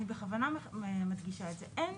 אני בכוונה מדגישה את זה, אין